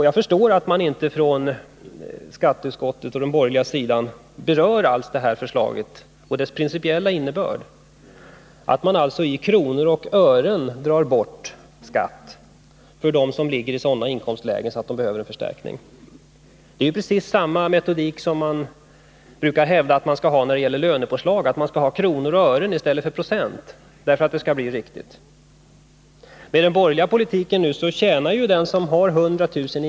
Jag förstår att man på den borgerliga sidan i skatteutskottet inte alls berör det här förslaget och dess principiella innebörd, dvs. att man i kronor och ören drar bort skatt för dem som ligger i sådana inkomstlägen att de behöver en förstärkning. Det är samma metodik som man brukar hävda att vi skall ha när det gäller lönepåslag, dvs. att vi skall räknai kronor och ören och inte i procent för att det skall bli riktigt. Med den borgerliga politiken tjänar den som har 100 000 kr.